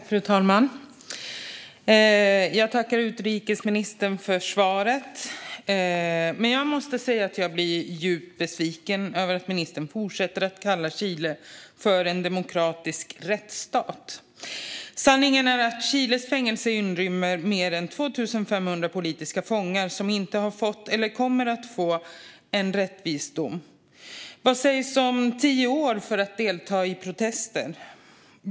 Fru talman! Jag tackar utrikesministern för svaret. Jag blir dock djupt besviken över att ministern fortsätter att kalla Chile för en demokratisk rättsstat. Sanningen är att Chiles fängelser inrymmer mer än 2 500 politiska fångar som inte har fått eller kommer att få en rättvis dom. Vad sägs om tio år för att ha deltagit i protester?